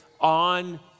on